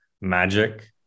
magic